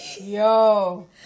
Yo